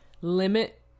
limit